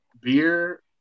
beer